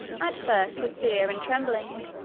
at first with fear and trembling,